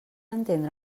entendre